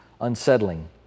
unsettling